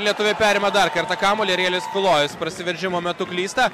lietuviai perima dar kartą kamuolį arielis tulojus prasiveržimo metu klysta